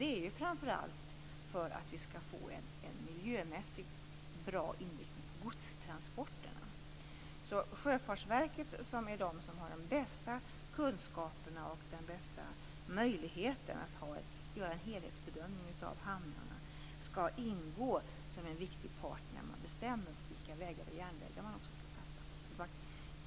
Det är framför allt för att vi skall få en miljömässigt bra inriktning på godstransporterna. Sjöfartsverket har de bästa kunskaperna och den bästa möjligheten att göra en helhetsbedömning av hamnarna. Därför skall det ingå som en viktig part när man bestämmer vilka vägar och järnvägar man skall satsa på.